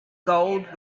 gold